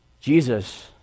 Jesus